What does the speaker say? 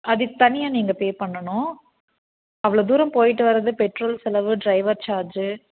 அதுக்கு தனியாக நீங்கள் பேப் பண்ணனும் அவ்ளதூரம் போயிவிட்டு வரது பெட்ரோல் செலவு டிரைவர் சார்ஜூ